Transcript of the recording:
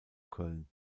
köln